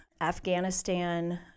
Afghanistan